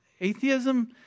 Atheism